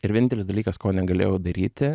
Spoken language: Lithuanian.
ir vienintelis dalykas ko negalėjau daryti